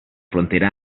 frontera